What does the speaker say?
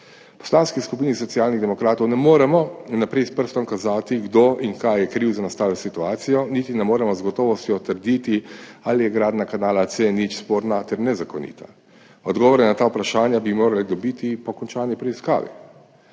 V Poslanski skupini Socialnih demokratov ne moremo s prstom kazati, kdo in zakaj je kriv za nastalo situacijo, niti ne moremo z gotovostjo trditi, ali je gradnja kanala C0 sporna ter nezakonita. Odgovore na ta vprašanja bi morali dobiti po končani preiskavi.